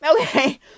Okay